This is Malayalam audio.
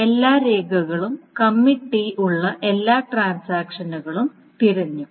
എല്ലാ രേഖകളും കമ്മിറ്റ് ടി ഉള്ള എല്ലാ ട്രാൻസാക്ഷനുകൾ തിരഞ്ഞു